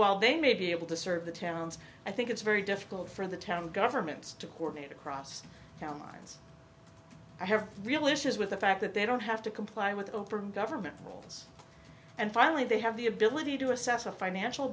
while they may be able to serve the towns i think it's very difficult for the town government to coordinate across town lines i have real issues with the fact that they don't have to comply with the government and finally they have the ability to assess a financial